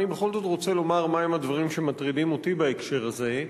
אני בכל זאת רוצה לומר מהם הדברים שמטרידים אותי בהקשר הזה.